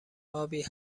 آبی